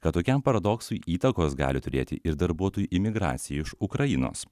kad tokiam paradoksui įtakos gali turėti ir darbuotojų imigracija iš ukrainos